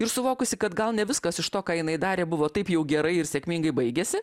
ir suvokusi kad gal ne viskas iš to ką jinai darė buvo taip jau gerai ir sėkmingai baigėsi